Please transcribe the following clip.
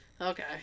Okay